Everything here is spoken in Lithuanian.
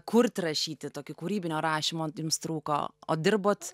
kurt rašyti tokį kūrybinio rašymo jums trūko o dirbot